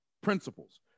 Principles